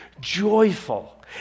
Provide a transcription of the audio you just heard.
joyful